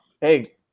hey